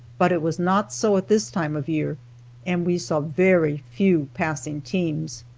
but it was not so at this time of year and we saw very few passing teams.